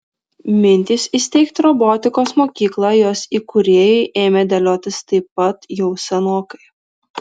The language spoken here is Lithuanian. mintys įsteigti robotikos mokyklą jos įkūrėjui ėmė dėliotis taip pat jau senokai